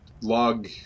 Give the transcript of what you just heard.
log